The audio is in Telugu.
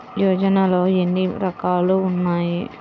యోజనలో ఏన్ని రకాలు ఉన్నాయి?